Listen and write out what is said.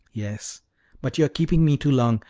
yes but you are keeping me too long.